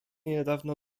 niedawno